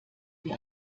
wir